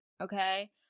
okay